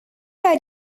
are